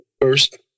first